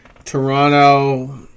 Toronto